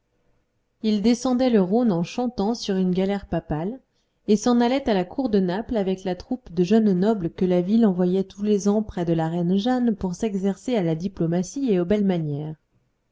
il descendait le rhône en chantant sur une galère papale et s'en allait à la cour de naples avec la troupe de jeunes nobles que la ville envoyait tous les ans près de la reine jeanne pour s'exercer à la diplomatie et aux belles manières